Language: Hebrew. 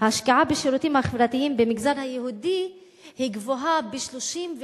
ההשקעה בשירותים החברתיים במגזר היהודי גבוהה ב-30%